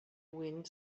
wind